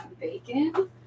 bacon